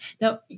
Now